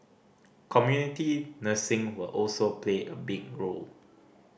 community nursing will also play a big role